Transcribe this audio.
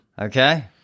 Okay